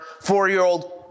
four-year-old